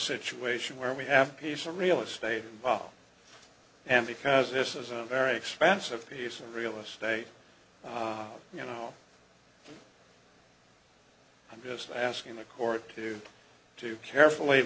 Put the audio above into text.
situation where we have piece of real estate bob and because this is a very expensive piece of real estate you know i'm just asking the court to to carefully